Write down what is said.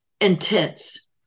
intense